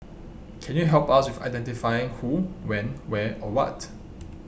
can you help us with identifying who when where or what